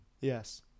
Yes